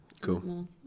Cool